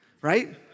right